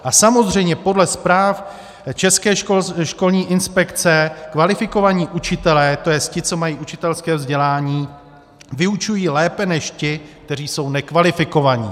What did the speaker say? A samozřejmě podle zpráv České školní inspekce kvalifikovaní učitelé, to jest ti, co mají učitelské vzdělání, vyučují lépe než ti, kteří jsou nekvalifikovaní.